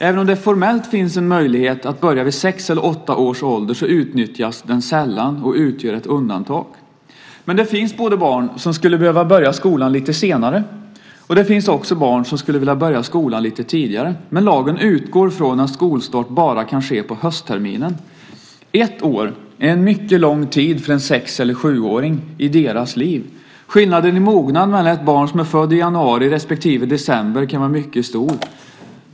Även om det formellt finns en möjlighet att börja vid sex eller åtta års ålder utnyttjas den sällan och utgör ett undantag. Det finns dock både barn som skulle behöva börja skolan lite senare och barn som skulle vilja börja skolan lite tidigare, men lagen utgår från att skolstart kan ske bara på höstterminen. Ett år är en mycket lång tid i en sex eller sjuårings liv. Skillnaden i mognad mellan barn som är födda i januari respektive december kan vara mycket stor.